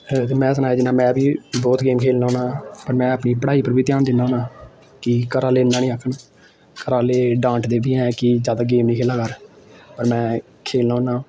में सनाया जियां में बी बहुत गेम खेलना होन्ना पर में अपनी पढ़ाई पर बी ध्यान दिन्ना होन्नां कि घर आह्ले इ'यां निं आक्खन घर आह्ले डांटदे बी ऐ कि ज्यादा गेम निं खेलै कर पर में खेलना होन्ना